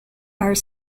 are